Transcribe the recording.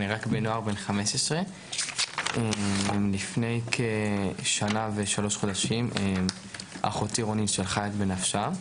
אני רק בן 15. לפני כשנה ושלושה חודשים אחותי רונית שלחה יד בנפשה.